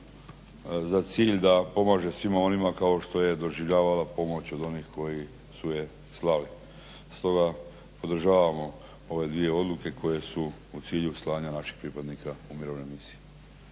za cilj da pomaže svima onima kao što je doživljavala pomoć od onih koji su je slali. Stoga podržavamo ove dvije odluke koje su u cilju slanja naših pripadnika u mirovine misije.